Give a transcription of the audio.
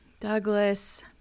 Douglas